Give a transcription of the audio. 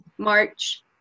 march